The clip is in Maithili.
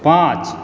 पाँच